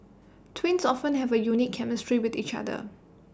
twins often have A unique chemistry with each other